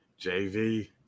JV